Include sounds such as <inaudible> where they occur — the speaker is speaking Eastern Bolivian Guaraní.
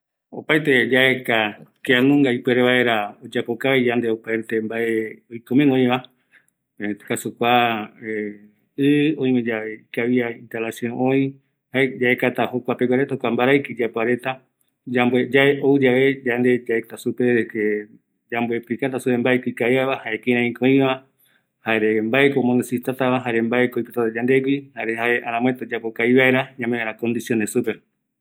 ﻿Opaete yaeka kianunga ipuere vaera oyapokavi yandeve opaete mbae oikomeguá oïva kua <hesitation> i oimeyave ikavia instalacion oï, jaeko yaekata jokuapeguareta, jokua mbaraiki iyapoa reta, yamboe, ouyave yande yaeta supe, de que yamo explikata supe, mbaeti ikaviava jare kiraiko oïva jare mbaeko omo necesitatava jare mbaeko oipotata yandegui, jare mbae aramoete oyapo kavi vaera, ñame vaera kondiones supe